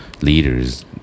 leaders